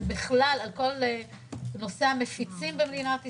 בכלל על כל נושא המפיצים במדינת ישראל,